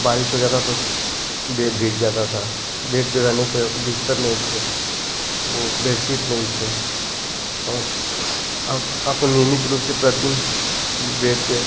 बारिश हो जाता तो बेड भीग जाता था बेड पर रहने का बिस्तर नहीं थे ओ बेड सीट नही थे और अब अब तो नियमित रूप से प्रतिदिन बेड पर